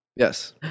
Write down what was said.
Yes